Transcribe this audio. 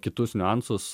kitus niuansus